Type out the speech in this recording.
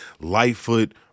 Lightfoot